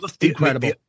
incredible